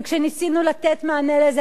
וכשניסינו לתת מענה לזה,